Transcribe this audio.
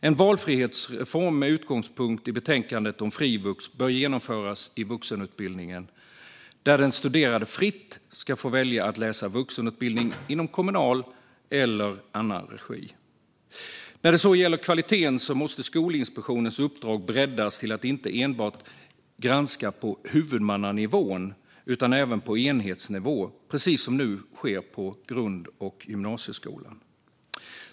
En valfrihetsreform med utgångspunkt i betänkandet om Frivux bör genomföras i vuxenutbildningen där den studerande fritt ska få välja att läsa vuxenutbildning inom kommunal eller annan regi. När det gäller kvaliteten måste Skolinspektionens uppdrag breddas till att inte enbart granska på huvudmannanivå utan även på enhetsnivå, precis som nu sker på grund och gymnasieskolan.